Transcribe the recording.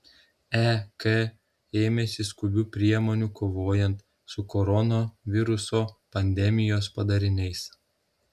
ek ėmėsi skubių priemonių kovojant su koronaviruso pandemijos padariniais